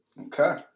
Okay